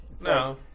No